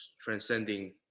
transcending